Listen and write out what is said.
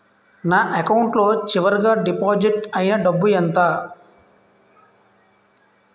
నా అకౌంట్ లో చివరిగా డిపాజిట్ ఐనా డబ్బు ఎంత?